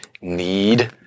need